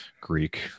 greek